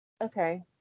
okay